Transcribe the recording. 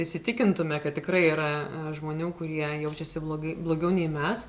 įsitikintume kad tikrai yra žmonių kurie jaučiasi blogai blogiau nei mes